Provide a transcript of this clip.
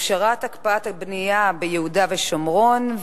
הפשרת הקפאת הבנייה ביהודה ושומרון,